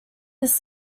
this